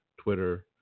Twitter